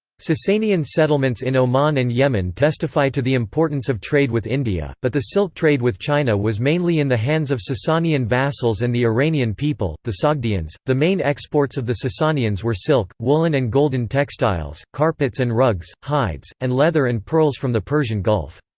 sassanian settlements in oman and yemen testify to the importance of trade with india, but the silk trade with china was mainly in the hands of sasanian vassals and the iranian people, the sogdians the main exports of the sasanians were silk woolen and golden textiles carpets and rugs hides and leather and pearls from the persian gulf.